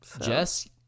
Jess